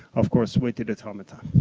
of course weighted automaton.